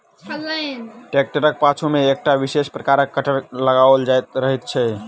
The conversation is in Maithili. ट्रेक्टरक पाछू मे एकटा विशेष प्रकारक कटर लगाओल रहैत छै